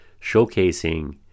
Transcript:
showcasing